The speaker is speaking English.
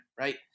right